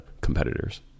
competitors